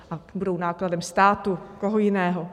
A budou nákladem státu, koho jiného.